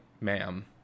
Ma'am